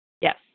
Yes